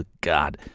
God